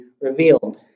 revealed